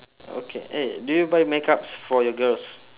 okay eh do you buy makeups for your girls